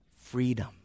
freedom